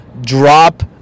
drop